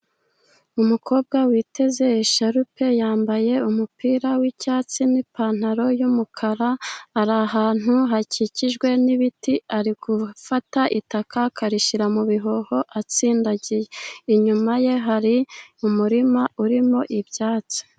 Umukobwa witeze isharupe, yambaye umupira w'icyatsi, n'ipantaro y'umukara, ari ahantu hakikijwe n'ibiti, ari gufata itaka akarishyira mu bihoho atsindagiye, inyuma ye hari umurima urimo ibyatsi.